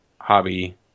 hobby